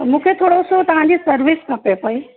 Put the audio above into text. मूंखे थोरो सो तव्हांजी सर्विस खपे पेई